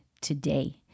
today